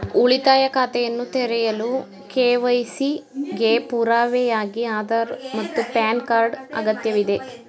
ಉಳಿತಾಯ ಖಾತೆಯನ್ನು ತೆರೆಯಲು ಕೆ.ವೈ.ಸಿ ಗೆ ಪುರಾವೆಯಾಗಿ ಆಧಾರ್ ಮತ್ತು ಪ್ಯಾನ್ ಕಾರ್ಡ್ ಅಗತ್ಯವಿದೆ